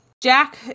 jack